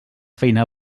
feina